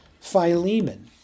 Philemon